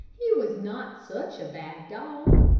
he was not such a bad dog.